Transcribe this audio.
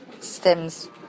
stems